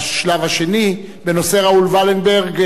בשלב השני, בנושא של ראול ולנברג.